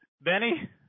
Benny